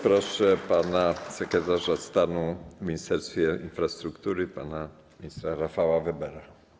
Proszę sekretarza stanu w Ministerstwie Infrastruktury pana ministra Rafała Webera.